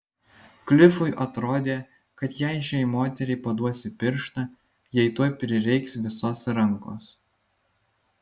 klifui atrodė kad jei šiai moteriai paduosi pirštą jai tuoj prireiks visos rankos